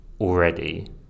already